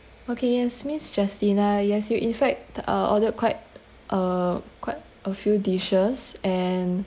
okay yes miss justina yes you in fact uh ordered quite uh quite a few dishes and